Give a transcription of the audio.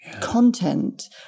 content